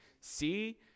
See